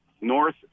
north